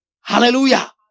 Hallelujah